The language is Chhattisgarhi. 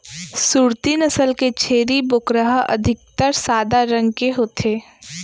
सूरती नसल के छेरी बोकरा ह अधिकतर सादा रंग के होथे